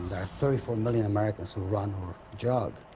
are thirty four million americans who run or jog.